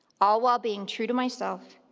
all while being true to myself,